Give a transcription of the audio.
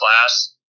class